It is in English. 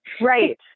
Right